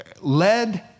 led